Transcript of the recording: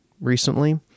recently